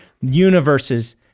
universes